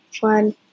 fun